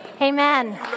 Amen